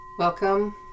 Welcome